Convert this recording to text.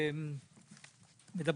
אנחנו,